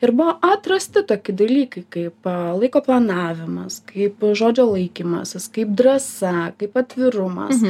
ir buvo atrasti tokie dalykai kaip laiko planavimas kaip žodžio laikymasis kaip drąsa kaip atvirumas